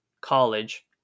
college